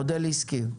מודל עסקי.